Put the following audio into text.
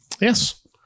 yes